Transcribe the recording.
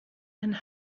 and